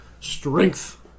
strength